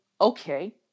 okay